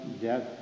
death